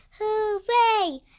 Hooray